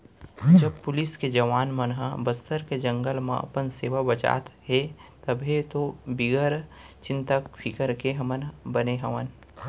जब पुलिस के जवान मन ह बस्तर के जंगल म अपन सेवा बजात हें तभे तो बिगर चिंता फिकर के हमन बने हवन